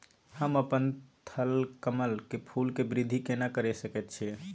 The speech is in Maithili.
हम अपन थलकमल के फूल के वृद्धि केना करिये सकेत छी?